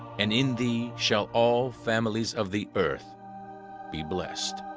and in thee shall all families of the earth be blessed.